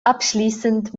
abschließend